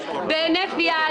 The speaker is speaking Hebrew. בהינף יד,